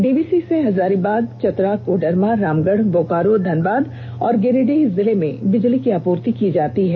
DVC से हजारीबाग चतरा कोडरमा रामगढ़ बोकारो धनबाद और गिरिडीह जिले में बिजली की आपूर्ति की जाती है